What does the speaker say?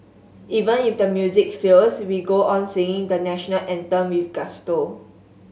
even if the music fails we go on singing the National Anthem with gusto